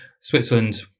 Switzerland